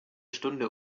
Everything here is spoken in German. stunde